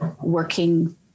working